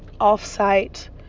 off-site